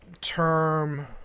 term